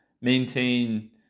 maintain